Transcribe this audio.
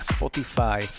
Spotify